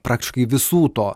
praktiškai visų to